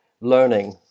learning